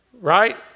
right